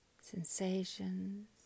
sensations